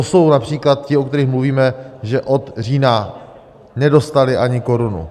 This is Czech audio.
Jsou to například ti, o kterých mluvíme, že od října nedostali ani korunu.